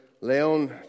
Leon